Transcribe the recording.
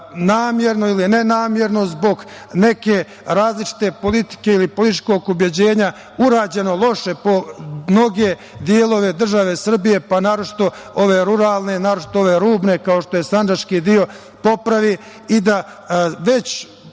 namerno ili nenamerno, zbog neke različite politike ili političkog ubeđenja urađeno loše po mnoge delove države Srbije, pa naročito ove ruralne, naročito ove rubne, kao što je Sandžački deo, popravi i da već